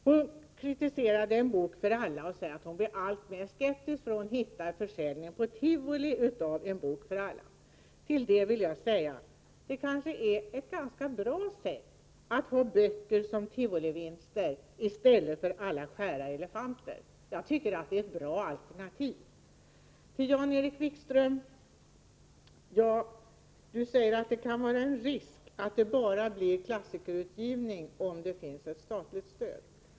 Hon kritiserar En bok för alla och säger att hon blir alltmer skeptisk då hon hittar dessa böcker på tivoli. Men det är kanske ett bra sätt att ge böcker som tivolivinster i stället för alla skära elefanter. Jag tycker det är ett bra alternativ. Jan-Erik Wikström säger att det kan vara en risk för att det blir klassikerutgivning bara om det finns ett statligt stöd.